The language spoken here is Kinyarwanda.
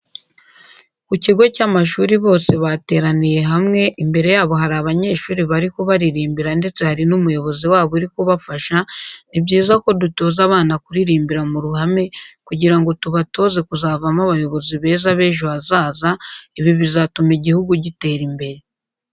Ku kigo cy'amashuri bose bateraniye hamwe imbere yabo hari abanyeshuri bari kubaririmbira ndetse hari n'umuyobozi wabo uri kubafasha, ni byiza ko dutoza abana kuririmbira mu ruhame kugira ngo tubatoze kuzavamo abayobozi beza bejo hazaza, ibi bizatuma igihugu gitera imbere.